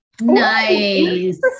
Nice